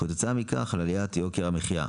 וכתוצאה מכך לעליית יוקר המחיה.